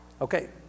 Okay